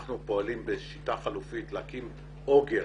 אנחנו פועלים בשיטה חלופית להקים אוגר,